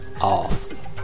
off